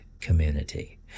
community